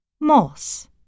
Moss